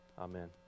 Amen